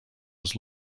was